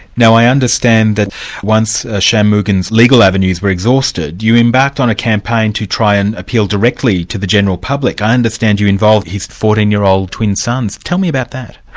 now i understand that once ah shanmugam's legal avenues were exhausted, you embarked on a campaign to try and appeal directly to the general public. i understand you involved his fourteen year old twin sons. tell me about that.